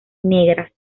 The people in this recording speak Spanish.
negras